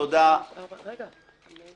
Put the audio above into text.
מי נגד?